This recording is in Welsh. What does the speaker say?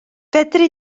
fedri